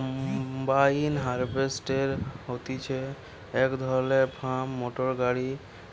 combine harvester হতিছে এক ধরণের ফার্ম মোটর গাড়ি